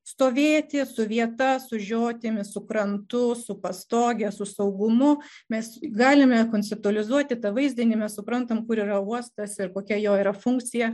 stovėti su vieta su žiotimis su krantu su pastoge su saugumu mes galime konceptualizuoti tą vaizdinį mes suprantam kur yra uostas ir kokia jo yra funkcija